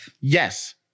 Yes